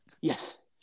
Yes